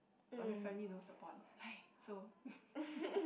but my family don't support !hais! so